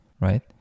right